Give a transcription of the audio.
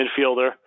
midfielder